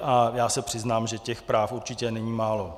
A já se přiznám, že těch práv určitě není málo.